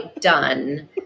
done